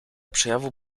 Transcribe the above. przejawu